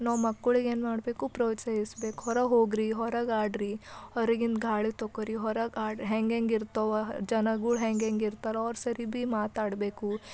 ನಾವು ಮಕ್ಕಳಿಗೆ ಏನು ಮಾಡಬೇಕು ಪ್ರೋತ್ಸಾಹಿಸ್ಬೇಕು ಹೊರಗೆ ಹೋಗ್ರಿ ಹೊರಗೆ ಆಡಿರಿ ಹೊರಗಿನ ಗಾಳಿ ತೊಕೊರಿ ಹೊರಗೆ ಆಡಿ ಹೆಂಗೆಂಗೆ ಇರ್ತವ ಜನಗಳು ಹೆಂಗೆಂಗೆ ಇರ್ತಾರ ಅವ್ರು ಸೇರಿ ಭೀ ಮಾತಾಡಬೇಕು